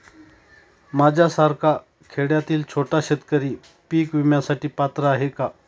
माझ्यासारखा खेड्यातील छोटा शेतकरी पीक विम्यासाठी पात्र आहे का?